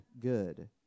good